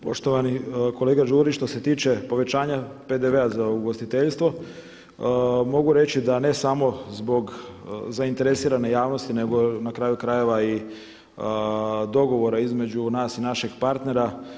Poštovani kolega Đujić, što se tiče povećanja PDV-a za ugostiteljstvo mogu reći da ne samo zbog zainteresirane javnosti nego na kraju krajeva i dogovora između nas i našeg partnera.